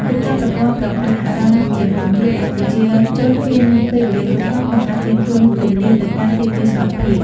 រៀបចំប្រព័ន្ធប្រកាសអាសន្នជាមុនជួយឱ្យប្រជាជនមានពេលវេលាគ្រប់គ្រាន់ក្នុងការត្រៀមខ្លួនជម្លៀសទៅកាន់ទីទួលសុវត្ថិភាព។